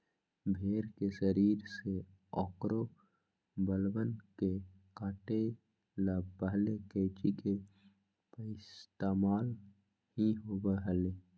भेड़ के शरीर से औकर बलवन के काटे ला पहले कैंची के पइस्तेमाल ही होबा हलय